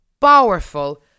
powerful